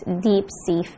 deep-sea